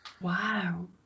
Wow